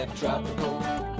Tropical